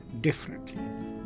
differently